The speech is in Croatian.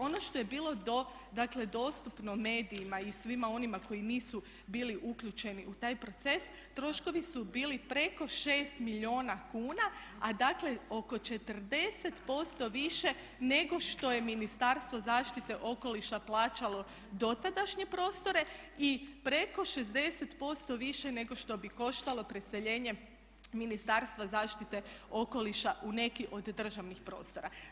Ono što je bilo dakle dostupno medijima i svima onima koji nisu bili uključeni u taj proces troškovi su bili preko 6 milijuna kuna a dakle oko 40% više nego što je Ministarstvo zaštite okoliša plaćalo dotadašnje prostore i preko 60% više nego što bi koštalo preseljenje Ministarstva zaštite okoliša u neki od državnih prostora.